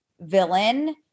villain